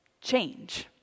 change